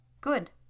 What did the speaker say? Good